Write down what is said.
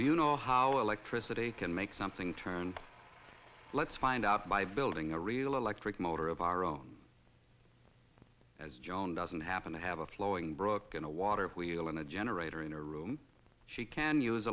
you know how electricity can make something turn let's find out by building a real electric motor of our own as joan doesn't happen to have a flowing brook and a water wheel and a generator in her room she can use